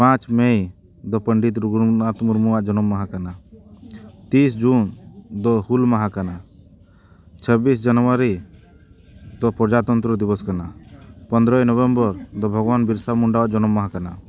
ᱯᱟᱸᱪ ᱢᱮ ᱫᱚ ᱯᱚᱸᱰᱤᱛ ᱨᱟᱹᱜᱷᱩᱱᱟᱛᱷ ᱢᱩᱨᱢᱩᱣᱟᱜ ᱡᱚᱱᱚᱢ ᱢᱟᱦᱟ ᱠᱟᱱᱟ ᱛᱤᱨᱤᱥ ᱡᱩᱱ ᱫᱚ ᱦᱩᱞ ᱢᱟᱦᱟ ᱠᱟᱱᱟ ᱪᱷᱟᱵᱽᱵᱤᱥ ᱡᱟᱱᱩᱣᱟᱨᱤ ᱫᱚ ᱯᱨᱚᱡᱟ ᱛᱚᱱᱛᱨᱚ ᱫᱤᱵᱚᱥ ᱠᱟᱱᱟ ᱯᱚᱱᱫᱨᱚᱭ ᱱᱚᱵᱷᱮᱢᱵᱚᱨ ᱫᱚ ᱵᱷᱚᱜᱚᱵᱟᱱ ᱵᱤᱨᱥᱟ ᱢᱩᱱᱰᱟᱣᱟᱜ ᱡᱚᱱᱚᱢ ᱢᱟᱦᱟ ᱠᱟᱱᱟ